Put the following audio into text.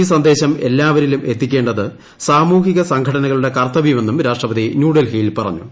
ഈ സന്ദേശം എല്ലാവരിലും എത്തിക്കേണ്ടത് സാമൂഹിക സംഘടനകളുടെ കർത്തവൃമെന്നും രാഷ്ട്രപതി ന്യൂഡൽഹിയിൽ പറഞ്ഞു